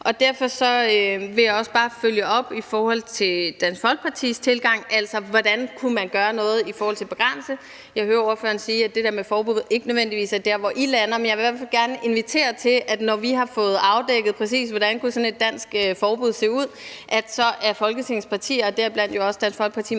Derfor vil jeg også bare følge op i forhold til Dansk Folkepartis tilgang med hensyn til, hvordan man kunne gøre noget for at begrænse brugen. Jeg hører ordføreren sige, at det der med forbud ikke nødvendigvis er der, hvor I lander, men jeg vil i hvert fald gerne invitere til, at når vi har fået afdækket præcist, hvordan sådan et dansk forbud kunne se ud, så er Folketingets partier og deriblandt jo også Dansk Folkeparti